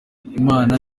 imana